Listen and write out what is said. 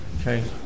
Okay